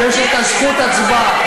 יש כאן זכות הצבעה,